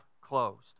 closed